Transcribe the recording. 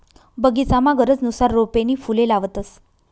बगीचामा गरजनुसार रोपे नी फुले लावतंस